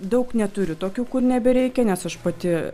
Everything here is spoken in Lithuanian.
daug neturiu tokių kur nebereikia nes aš pati